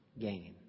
gain